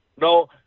No